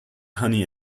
honey